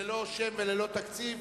ללא שם וללא תקציב,